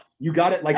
you got it, like